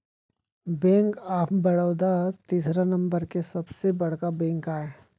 bank of Baroda तीसरा number के सबले बड़का बेंक आय